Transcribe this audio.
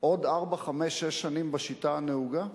עוד ארבע, חמש, שש שנים בשיטה הנהוגה?